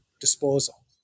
disposal